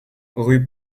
rue